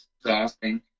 exhausting